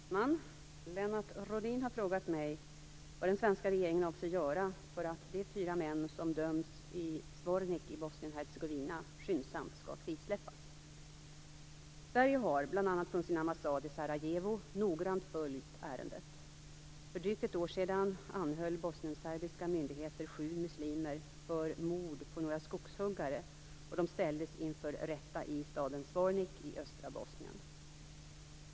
Herr talman! Lennart Rohdin har frågat mig vad den svenska regeringen avser göra för att de fyra män som dömts i Zvornik i Bosnien-Hercegovina skyndsamt skall frisläppas. Sverige har, bl.a. från sin ambassad i Sarajevo, noggrant följt ärendet. För drygt ett år sedan anhöll bosnienserbiska myndigheter sju muslimer för mord på några skogshuggare, och de ställdes inför rätta i staden Zvornik i östra Bosnien.